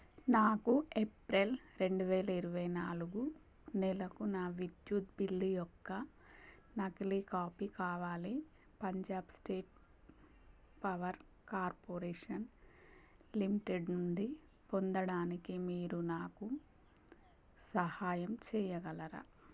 నాకు ఏప్రిల్ రెండు వేల ఇరవై నాలుగు నెలకు నా విద్యుత్ బిల్లు యొక్క నకిలీ కాపీ కావాలి Punjab state power corporation limited నుండి పొందడానికి మీరు నాకు సహాయం చేయగలరా